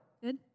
Good